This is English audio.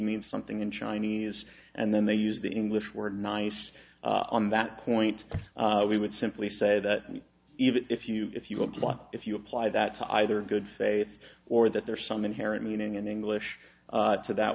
means something in chinese and then they use the english word nice on that point we would simply say that even if you if you apply if you apply that to either good faith or that there are some inherent meaning in english so that